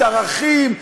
ערכים,